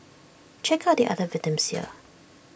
check out the other victims here